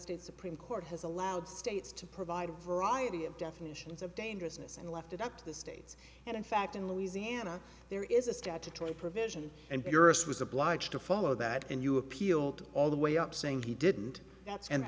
states supreme court has allowed states to provide a variety of definitions of dangerousness and left it up to the states and in fact in louisiana there is a statutory provision and purist was obliged to follow that and you appealed all the way up saying he didn't